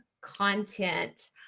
content